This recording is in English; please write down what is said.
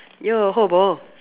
yo ho Bo